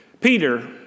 Peter